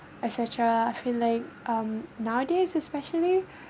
etcetera I feel like um nowadays especially